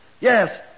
Yes